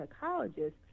psychologist